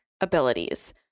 abilities